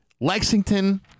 Lexington